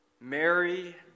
Mary